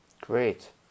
Great